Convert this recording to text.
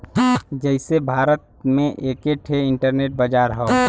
जइसे भारत में एक ठे इन्टरनेट बाजार हौ